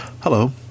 Hello